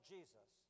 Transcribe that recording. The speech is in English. Jesus